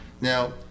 Now